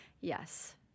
Yes